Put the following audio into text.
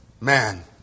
Man